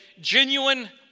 genuine